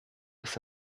ist